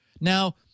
Now